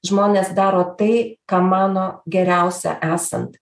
žmonės daro tai ką mano geriausia esant